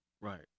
right